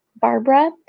Barbara